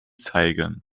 zeigen